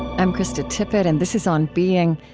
i'm krista tippett, and this is on being.